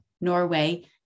Norway